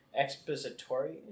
Expository